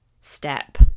step